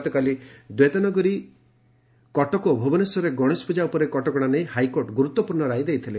ଗତକାଲି ଦୈତନଗରୀ କଟକ ଓ ଭୁବନେଶ୍ୱରରେ ଗଣେଶ ପ୍ରଜା ଉପରେ କଟକଶା ନେଇ ହାଇକୋର୍ଟ ଗୁରୁତ୍ୱପୂର୍ଣ୍ଣ ରାୟ ଦେଇଥିଲେ